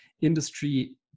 industry